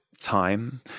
time